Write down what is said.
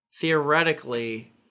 theoretically